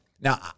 Now